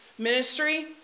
ministry